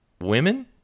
women